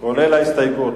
ההסתייגות.